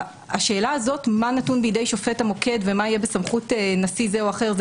השאלה הזאת מה נתון בידי שופט המוקד ומה יהיה בסמכות נשיא זה או אחר,